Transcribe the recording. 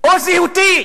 או זהותית,